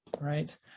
right